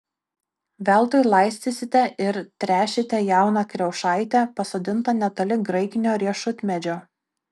veltui laistysite ir tręšite jauną kriaušaitę pasodintą netoli graikinio riešutmedžio